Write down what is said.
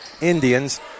Indians